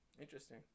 Interesting